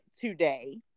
today